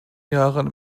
jahren